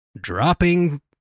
dropping